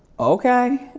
okay.